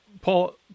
Paul